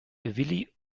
willy